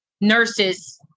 nurses